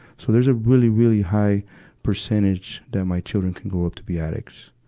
so there's a really, really high percentage that my children can grow up to be addicts.